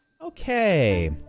Okay